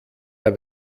der